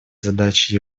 задачей